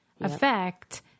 effect